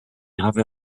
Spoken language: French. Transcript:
grave